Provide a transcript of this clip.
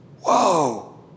Whoa